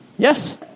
Yes